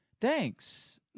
Thanks